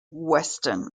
western